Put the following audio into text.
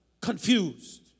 Confused